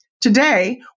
Today